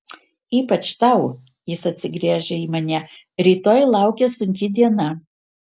ypač tau jis atsigręžia į mane rytoj laukia sunki diena